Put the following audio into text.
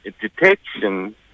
detection